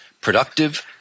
Productive